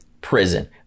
prison